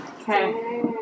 Okay